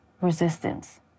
resistance